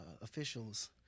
officials